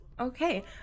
Okay